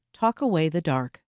talkawaythedark